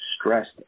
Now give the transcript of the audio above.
stressed